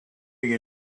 you